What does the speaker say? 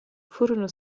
furono